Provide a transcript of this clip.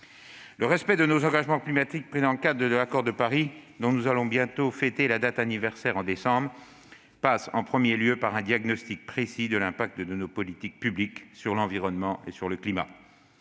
Le respect des engagements climatiques que nous avons pris dans le cadre de l'accord de Paris, dont nous allons bientôt fêter, en décembre, la date anniversaire, passe en premier lieu par un diagnostic précis de l'impact de nos politiques publiques sur l'environnement et sur le climat.